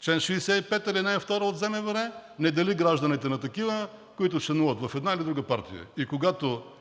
Член 65, ал. 2 от ЗМВР не дели гражданите на такива, които членуват в една или друга партия.